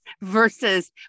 versus